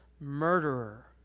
murderer